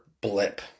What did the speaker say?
blip